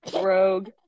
Rogue